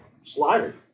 slider